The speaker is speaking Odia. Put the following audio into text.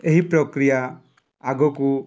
ଏହି ପ୍ରକ୍ରିୟା ଆଗକୁ